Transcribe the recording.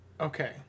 okay